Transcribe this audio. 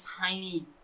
tiny